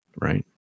right